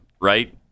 Right